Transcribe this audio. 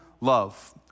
love